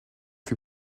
fut